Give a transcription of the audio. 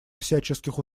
всяческих